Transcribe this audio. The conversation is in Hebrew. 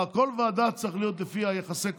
בכל ועדה זה צריך להיות לפי יחסי הכוחות.